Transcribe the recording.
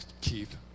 Keith